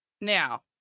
Now